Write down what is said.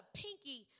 pinky